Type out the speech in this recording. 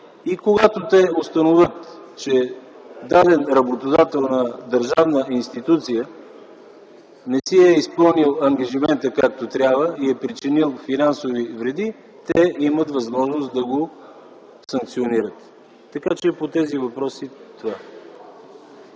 Когато те установят, че даден работодател на държавна институция не си е изпълнил ангажимента както трябва и е причинил финансови вреди, те имат възможност да го санкционират. По тези въпроси е това.